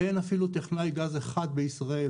אין אפילו טכנאי גז אחד בישראל.